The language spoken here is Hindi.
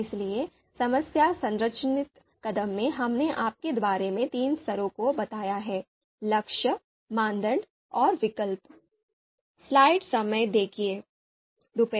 इसलिए समस्या संरचित कदम में हमने आपके बारे में तीन स्तरों को बताया है लक्ष्य मानदंड और विकल्प